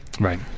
right